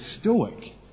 Stoic